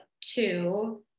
two